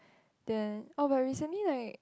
then oh but recently like